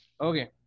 Okay